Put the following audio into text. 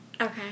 Okay